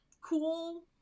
cool